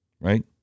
Right